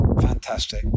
Fantastic